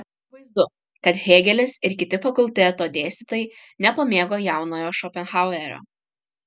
akivaizdu kad hėgelis ir kiti fakulteto dėstytojai nepamėgo jaunojo šopenhauerio